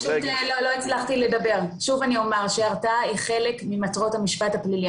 לא הצלחתי לענות שוב אני אומרת שההרתעה היא חלק ממטרות המשפט הפלילי.